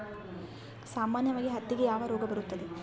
ಸಾಮಾನ್ಯವಾಗಿ ಹತ್ತಿಗೆ ಯಾವ ರೋಗ ಬರುತ್ತದೆ?